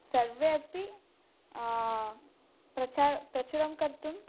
सर्वे अपि प्रचारं प्रचुरं कर्तुं